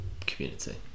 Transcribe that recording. community